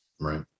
Right